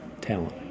talent